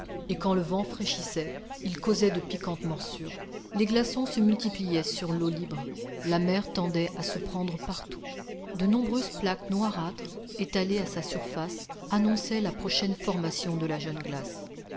et quand le vent fraîchissait il causait de piquantes morsures les glaçons se multipliaient sur l'eau libre la mer tendait à se prendre partout de nombreuses plaques noirâtres étalées à sa surface annonçaient la prochaine formation de la jeune glace